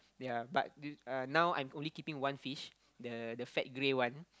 ya but this uh now I am only keeping one fish the the fat grey one